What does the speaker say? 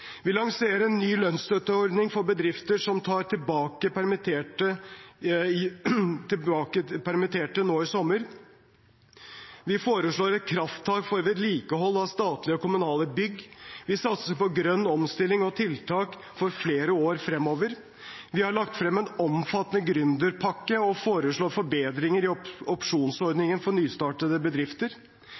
vi kan nå disse målene. Vi lanserer en ny lønnsstøtteordning for bedrifter som tar tilbake permitterte nå i sommer. Vi foreslår et krafttak for vedlikehold av statlige og kommunale bygg. Vi satser på grønn omstilling og tiltak for flere år fremover. Vi har lagt frem en omfattende gründerpakke og foreslår forbedringer i opsjonsordningen for nystartede bedrifter.